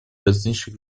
различных